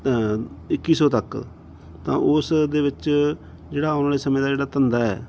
ਇੱਕੀ ਸੌ ਤੱਕ ਤਾਂ ਉਸ ਦੇ ਵਿੱਚ ਜਿਹੜਾ ਆਉਣ ਵਾਲੇ ਸਮੇਂ ਦਾ ਜਿਹੜਾ ਧੰਦਾ ਹੈ